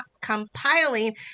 compiling